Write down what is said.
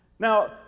Now